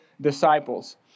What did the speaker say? disciples